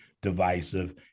divisive